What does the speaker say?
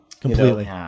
Completely